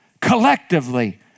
collectively